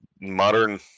modern